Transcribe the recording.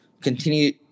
continue